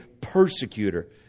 persecutor